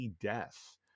death